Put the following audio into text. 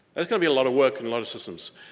that's gonna be a lot of work in a lot of systems.